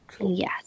Yes